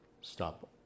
stop